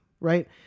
right